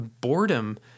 boredom